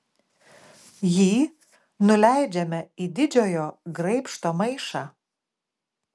jį nuleidžiame į didžiojo graibšto maišą